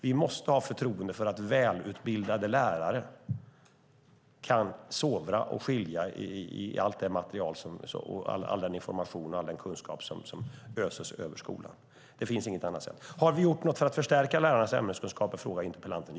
Vi måste ha förtroende för att välutbildade lärare kan sovra i allt det material, all den information och all den kunskap som öses över skolan. Det finns inget annat sätt. Interpellanten frågar om vi har gjort något för att förstärka lärarnas ämneskunskaper.